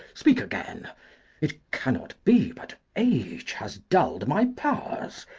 speak again it cannot be but age has dulled my powers,